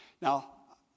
Now